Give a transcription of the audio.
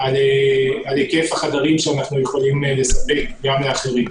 על היקף החדרים שאנחנו יכולים לספק גם לאחרים.